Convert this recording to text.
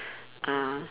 ah